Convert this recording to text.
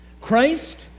Christ